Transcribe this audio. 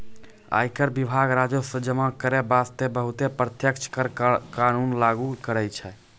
आयकर विभाग राजस्व जमा करै बासतें बहुते प्रत्यक्ष कर कानून लागु करै छै